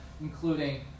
including